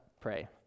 pray